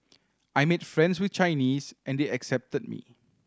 I made friends with Chinese and they accepted me